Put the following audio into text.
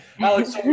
Alex